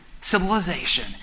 civilization